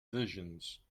visions